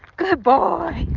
good boy.